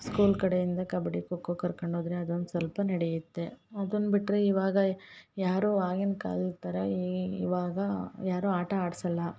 school ಕಡೆಯಿಂದ ಕಬ್ಬಡ್ಡಿ ಖೋಖೋ ಕರ್ಕಂಡೋದರೆ ಅದೊಂದು ಸ್ವಲ್ಪ ನಡಿಯುತ್ತೆ ಅದನ್ನ ಬಿಟ್ಟರೆ ಇವಾಗ ಯಾರು ಆಗಿನ ಕಾಲದ ಥರ ಈಗೀಗ ಇವಾಗ ಯಾರು ಆಟ ಆಡ್ಸಲ್ಲ